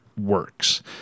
works